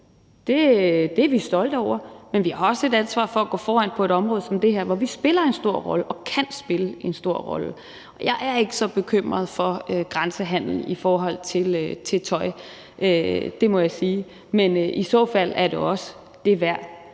Det er vi stolte af, men vi har også et ansvar for at gå foran på et område som det her, hvor vi spiller en stor rolle og kan spille en stor rolle. Jeg er ikke så bekymret for grænsehandelen i forhold til tøj. Det må jeg sige. Men i så fald er det jo også det værd,